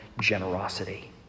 generosity